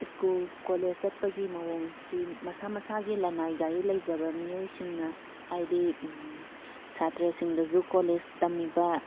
school college ꯆꯠꯄꯒꯤ ꯃꯑꯣꯡꯁꯤ ꯃꯁꯥ ꯃꯁꯥꯒꯤ ꯂꯅꯥꯏ ꯒꯥꯔꯤ ꯂꯩꯖꯕ ꯃꯤꯑꯣꯏꯁꯤꯡꯅ ꯍꯥꯏꯗꯤ ꯁꯥꯇ꯭ꯔꯁꯤꯡꯗꯁꯨ ꯀꯣꯂꯦꯖ ꯇꯝꯃꯤꯕ